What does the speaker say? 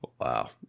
Wow